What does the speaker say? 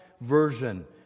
version